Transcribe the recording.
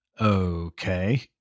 Okay